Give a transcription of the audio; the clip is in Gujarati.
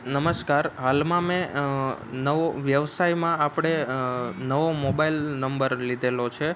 નમસ્કાર હાલમાં મેં નવો વ્યવસાયમાં આપણે નવો મોબાઈલ નંબર લીધેલો છે